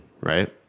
Right